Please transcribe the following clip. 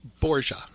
Borgia